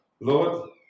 Lord